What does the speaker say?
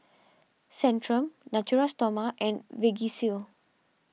Centrum Natura Stoma and Vagisil